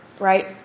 right